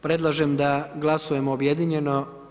Predlažem da glasujemo objedinjeno.